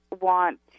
want